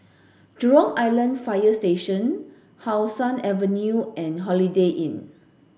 Jurong Island Fire Station How Sun Avenue and Holiday Inn